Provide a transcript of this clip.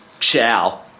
Ciao